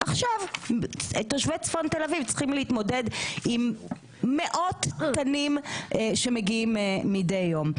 עכשיו תושבי צפון תל אביב צריכים להתמודד עם מאות תנים שמגיעים מדי יום.